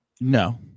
No